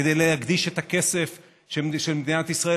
כדי להקדיש את הכסף של מדינת ישראל,